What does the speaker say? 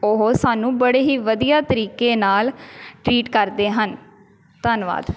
ਉਹ ਸਾਨੂੰ ਬੜੇ ਹੀ ਵਧੀਆ ਤਰੀਕੇ ਨਾਲ ਟ੍ਰੀਟ ਕਰਦੇ ਹਨ ਧੰਨਵਾਦ